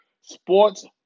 sports